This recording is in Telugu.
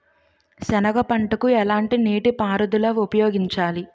సెనగ పంటకు ఎలాంటి నీటిపారుదల ఉపయోగించాలి?